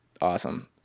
awesome